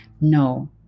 no